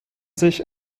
sich